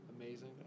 Amazing